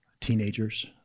teenagers